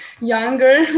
younger